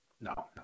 No